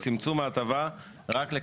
מתוך הצעת חוק ההתייעלות הכלכלית